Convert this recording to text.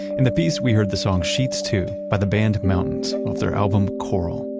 in the piece, we heard the song sheets two, by the band mountains off their album coral.